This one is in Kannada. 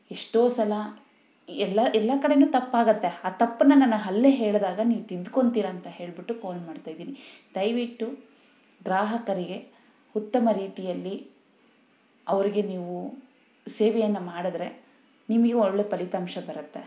ಎಷ್ಟೋ ಸಲ ಎಲ್ಲ ಎಲ್ಲ ಕಡೆ ತಪ್ಪಾಗುತ್ತೆ ಆ ತಪ್ಪನ್ನ ನಾನು ಅಲ್ಲೇ ಹೇಳಿದಾಗ ನೀವು ತಿದ್ಕೊಂತಿರ ಅಂತ ಹೇಳಿಬಿಟ್ಟು ಫೋನ್ ಮಾಡ್ತಾಯಿದೀನಿ ದಯವಿಟ್ಟು ಗ್ರಾಹಕರಿಗೆ ಉತ್ತಮ ರೀತಿಯಲ್ಲಿ ಅವರಿಗೆ ನೀವು ಸೇವೆಯನ್ನು ಮಾಡಿದ್ರೆ ನಿಮಗೆ ಒಳ್ಳೆ ಫಲಿತಾಂಶ ಬರುತ್ತೆ